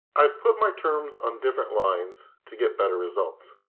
i've put my terms on different lines to get better results.